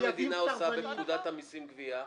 בפקודת המסים(גבייה)?